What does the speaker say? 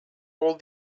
all